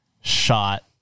shot